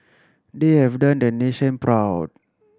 they have done the nation proud